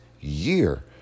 year